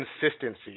consistency